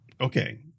Okay